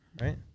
right